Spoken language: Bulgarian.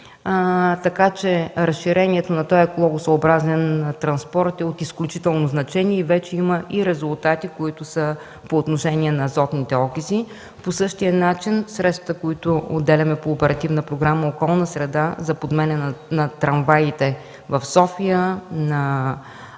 Така че разширението на този екологосъобразен транспорт е от изключително значение и вече има и резултати, които са по отношение на азотните окиси. По същия начин средствата, които отделяме по Оперативна програма „Околна среда” за подменяне на трамваите в София, на